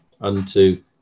unto